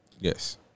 Yes